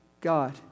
God